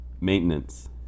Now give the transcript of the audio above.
Maintenance